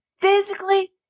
physically